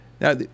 Now